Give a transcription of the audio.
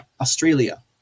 Australia